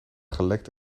gelekt